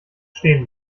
stehen